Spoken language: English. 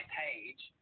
page